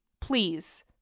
Please